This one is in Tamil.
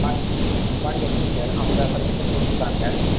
ஆ வாங்கியாச்சுங்க சார் அவங்க பர்மிஷன் கொடுத்துட்டாங்க